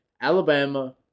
Alabama